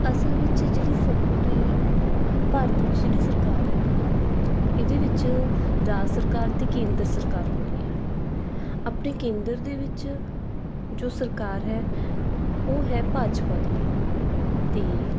ਅਸਲ ਵਿੱਚ ਜਿਹੜੀ ਸਰ ਉਰੇ ਭਾਰਤ ਵਿੱਚ ਜਿਹੜੀ ਸਰਕਾਰ ਹੈ ਇਹਦੇ ਵਿੱਚ ਰਾਜ ਸਰਕਾਰ ਅਤੇ ਕੇਂਦਰ ਸਰਕਾਰ ਹੁੰਦੀ ਆ ਆਪਣੀ ਕੇਂਦਰ ਦੇ ਵਿੱਚ ਜੋ ਸਰਕਾਰ ਹੈ ਉਹ ਹੈ ਭਾਜਪਾ ਦੀ ਅਤੇ